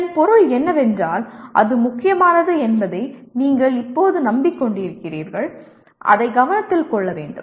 இதன் பொருள் என்னவென்றால் அது முக்கியமானது என்பதை நீங்கள் இப்போது நம்பிக் கொண்டிருக்கிறீர்கள் அதை கவனத்தில் கொள்ள வேண்டும்